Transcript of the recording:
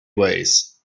ways